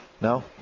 No